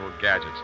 gadgets